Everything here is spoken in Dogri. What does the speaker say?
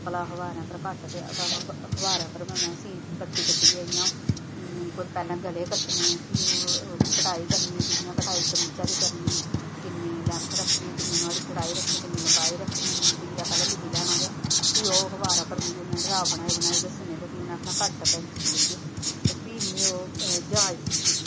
भला अखबारां पर कट्ट ते अखबारां पर गै में सीने कट्टी कट्टिये इ'यां ऐ पैह्लें गले कट्टने फ्ही ओह्दी कटाई करना कियां कटाई कमीचा दी करनी कि'न्नी लैंथ रक्खनी कि'न्नी नुआढ़ी चौड़ाई रक्खनी कि'न्नी लम्बाई रक्खनी कि'न्ना तीरा पैह्लें लिखी लैना ते फ्ही ओह् अखबारा पर मिगी ओह् ग्राफ बनाई बनाई दस्सने फही उ'न मिगी आखना कट्ट कैंची लेइये फ्ही मिगी ओह् जाच सिक्खी